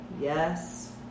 yes